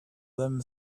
them